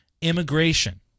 immigration